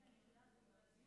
בבקשה.